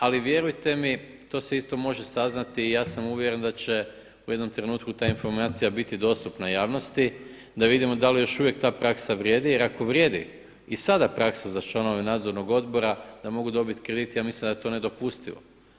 Ali vjerujte mi to se isto može saznati i ja sam uvjeren da će u jednom trenutku ta informacija biti dostupna javnosti da vidimo da li još uvijek ta praska vrijedi jer ako vrijedi i sada praksa za članove nadzornog odbora da mogu dobiti kredit, ja mislim da je to nedopustivo.